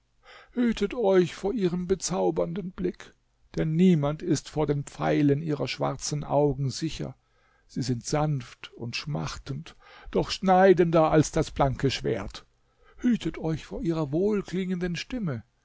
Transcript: hütet euch vor ihrem bezaubernden blick denn niemand ist vor den pfeilen ihrer schwarzen augen sicher sie sind sanft und schmachtend doch schneidender als das blanke schwert hütet euch vor ihrer wohlklingenden stimme